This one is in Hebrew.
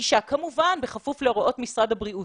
כמובן בכפוף להוראות משרד הבריאות,